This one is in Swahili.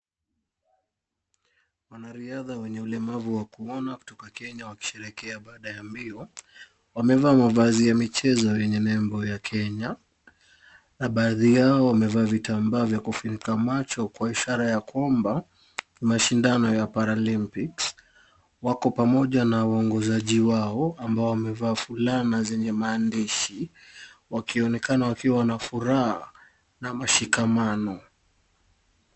Wanariadha wenye ulemavu wa kuona kutoka Kenya wakisherehekea baada ya mbio, wamevaa mavazi ya michezo yenye nembo ya Kenya na baadhi yao wamevaa vitambaa vya kufunika macho kwa ishara ya kwamba ni mashindano ya Paralympics. Wako pamoja na waongozaji wao ambao wamevaa fulana zenye maandishi, wakionekana wakiwa na furaha na mshikamano.